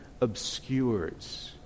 obscures